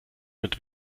mit